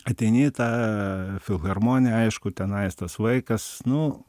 ateini į tą filharmoniją aišku tenais tas vaikas nu